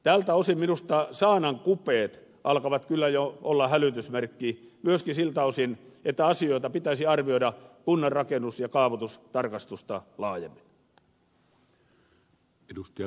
tältä osin minusta saanan kupeet alkavat kyllä jo olla hälytysmerkki myöskin siltä osin että asioita pitäisi arvioida kunnan rakennus ja kaavoitustarkastusta laajemmin